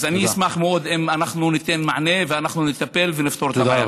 אז אני אשמח מאוד אם ניתן מענה ונטפל ונפתור את הבעיה.